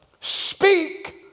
speak